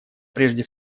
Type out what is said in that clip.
прежде